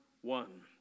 one